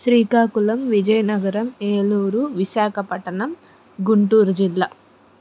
Srikakulam Vizianagaram Eluru Visakhapatnam గుంటూరుజిల్లా